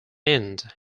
end